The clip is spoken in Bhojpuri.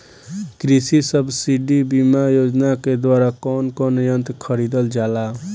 कृषि सब्सिडी बीमा योजना के द्वारा कौन कौन यंत्र खरीदल जाला?